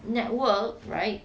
network right